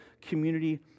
community